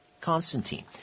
Constantine